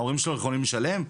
ההורים שלו יכולים לשלם?